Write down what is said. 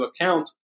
account